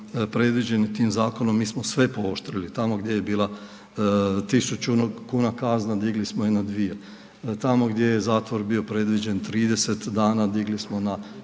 predviđene tim zakonom mi smo sve pooštrili. Tamo gdje bila tisuću kuna kazna digli smo je na dvije, tamo gdje je zatvor bio predviđen 30 dana digli smo na